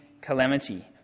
calamity